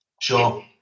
Sure